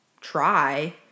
try